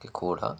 కూడా